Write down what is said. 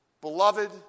Beloved